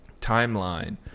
timeline